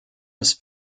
das